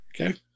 Okay